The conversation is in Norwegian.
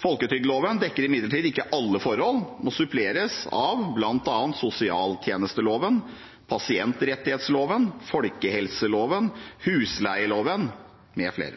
Folketrygdloven dekker imidlertid ikke alle forhold og suppleres av bl.a. sosialtjenesteloven, pasientrettighetsloven, folkehelseloven, husleieloven m.fl.